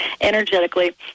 energetically